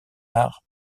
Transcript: art